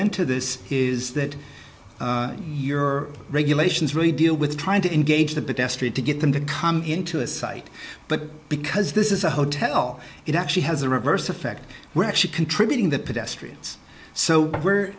into this is that your regulations really deal with trying to engage the desperate to get them to come into a site but because this is a hotel it actually has a reverse effect we're actually contributing that pedestrians so we're